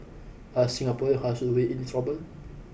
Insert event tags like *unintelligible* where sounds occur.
are Singaporean *unintelligible* really in trouble